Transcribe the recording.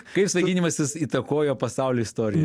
kaip svaiginimasis įtakojo pasaulio istoriją